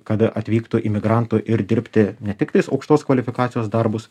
kad atvyktų imigrantų ir dirbti ne tiktais aukštos kvalifikacijos darbus